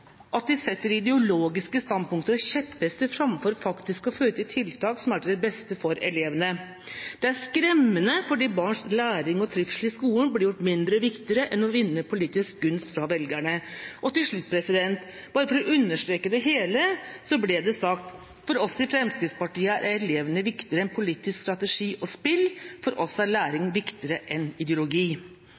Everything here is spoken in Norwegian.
at de setter ideologiske standpunkt og rir kjepphester framfor faktisk å føre tiltak som er til det beste for elevene. Det er skremmende fordi barns læring og trivsel i skolen blir gjort mindre viktig enn å vinne politisk gunst for velgerne.» Og til slutt, for å understreke det hele, ble det sagt: «For oss i Fremskrittspartiet er elevene viktigere enn politisk strategi og spill. For oss er læring viktigere enn ideologi.»